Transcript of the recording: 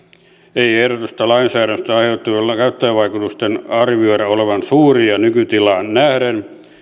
ei ei ehdotetusta lainsäädännöstä aiheutuvien käyttäjävaikutusten arvioida olevan suuria nykytilaan nähden